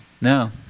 No